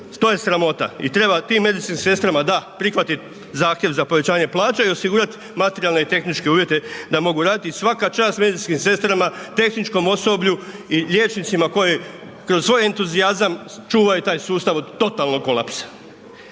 to je sramota i treba tim medicinskim sestrama da, prihvatiti zahtjev za povećanje plaće i osigurati materijalne i tehničke uvjete da mogu raditi. I svaka čast medicinskim sestrama, tehničkom osoblju i liječnicima koji kroz svoj entuzijazam čuvaju taj sustav od totalnog kolapsa.